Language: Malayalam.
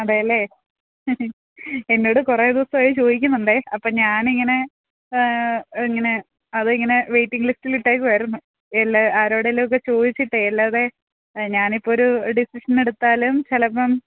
അതെയല്ലെ എന്നോട് കുറേ ദിവസമായി ചോദിക്കുന്നുണ്ട് അപ്പോള് ഞാനിങ്ങനെ ഇങ്ങനെ അതിങ്ങനെ വെയ്റ്റിംഗ് ലിസ്റ്റില് ഇട്ടിരിക്കുകയായിരുന്നു എല്ലാ ആരോടെങ്കിലുമൊക്കെ ചോദിച്ചിട്ട് അല്ലാതെ ഞാനിപ്പോഴൊരു ഡിസിഷനെടുത്താലും ചിലപ്പോള്